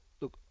look